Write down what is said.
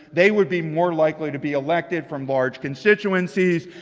they would be more likely to be elected from large constituencies.